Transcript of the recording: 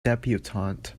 debutante